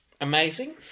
amazing